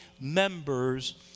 members